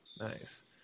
Nice